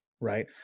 Right